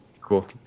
Cool